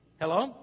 Hello